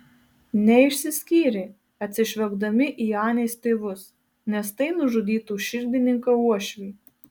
neišsiskyrė atsižvelgdami į anės tėvus nes tai nužudytų širdininką uošvį